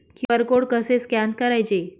QR code कसे scan करायचे?